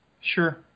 Sure